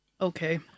Okay